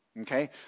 okay